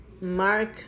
Mark